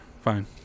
fine